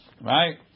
right